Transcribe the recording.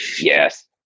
Yes